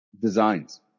designs